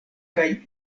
kaj